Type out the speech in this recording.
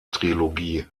trilogie